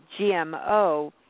GMO